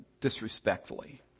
disrespectfully